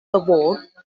award